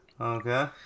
Okay